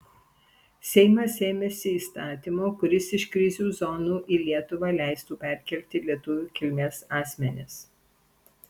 seimas ėmėsi įstatymo kuris iš krizių zonų į lietuvą leistų perkelti lietuvių kilmės asmenis